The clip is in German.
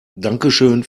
dankeschön